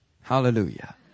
Hallelujah